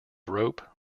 rope